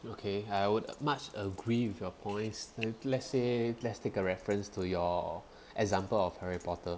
okay I would much agree with your points let's say let's take a reference to your example of harry potter